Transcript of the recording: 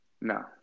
No